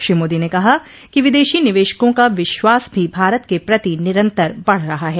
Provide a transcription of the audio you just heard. श्री मोदी ने कहा कि विदेशी निवेशकों का विश्वास भी भारत के प्रति निरंतर बढ़ रहा है